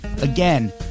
Again